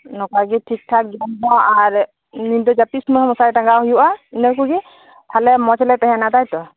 ᱱᱚᱠᱟ ᱜᱮ ᱴᱷᱤᱠ ᱴᱷᱟᱠ ᱡᱚᱢ ᱦᱚᱸ ᱟᱨ ᱧᱤᱫᱟᱹ ᱡᱟᱯᱤᱫ ᱥᱩᱢᱚᱭ ᱢᱚᱥᱟᱨᱤ ᱴᱟᱜᱟᱣ ᱦᱩᱭᱩᱜᱼᱟ ᱤᱱᱟᱹ ᱠᱩᱜᱮ ᱟᱞᱮ ᱢᱚᱸᱡᱽ ᱞᱮ ᱛᱟᱦᱮᱱᱟ ᱛᱟᱭᱛᱳ